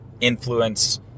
influence